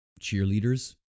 cheerleaders